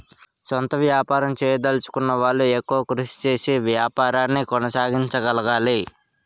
సొంత వ్యాపారం చేయదలచుకున్న వాళ్లు ఎక్కువ కృషి చేసి వ్యాపారాన్ని కొనసాగించగలగాలి